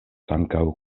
ankaŭ